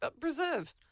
preserve